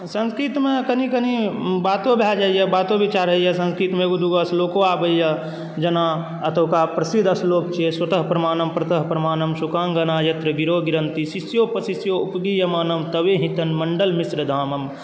संस्कृतमे कनी कनी बातो भए जाय यऽ बातो विचार होइ यऽ संस्कृत मे एगो दुगो श्लोको आबैया जेना अतौहका प्रसिद्ध श्लोक छियै स्वतः प्रमाणं परतः प्रमाणं शोकंगनाय यत्र गिरागिरन्ति शिष्योप शिष्यो उपगीय मानं तवेही तन्मंडन मिश्र धामम